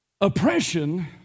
Oppression